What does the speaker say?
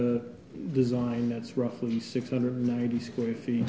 good design that's roughly six hundred ninety square feet